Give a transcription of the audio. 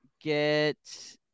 get